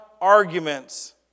arguments